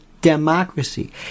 democracy